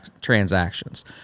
transactions